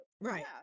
Right